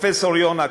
פרופסור יונה,